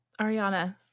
Ariana